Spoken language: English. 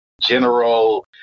general